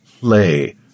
play